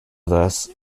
this